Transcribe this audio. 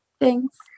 Thanks